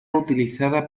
utilizada